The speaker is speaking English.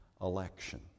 election